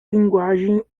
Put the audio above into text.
linguagem